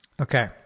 okay